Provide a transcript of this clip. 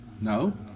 No